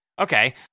Okay